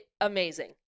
amazing